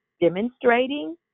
demonstrating